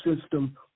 system